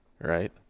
right